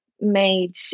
made